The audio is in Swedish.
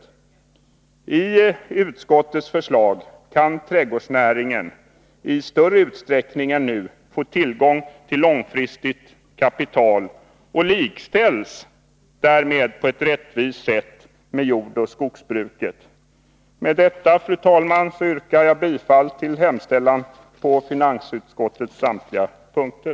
Enligt utskottets förslag kan trädgårdsnäringen i större utsträckning än nu få tillgång till långfristigt kapital och likställs därmed på ett rättvist sätt med jordoch skogsbruket. Med detta, fru talman, yrkar jag bifall till finansutskottets hemställan på samtliga punkter.